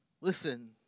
listen